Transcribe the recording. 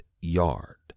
yard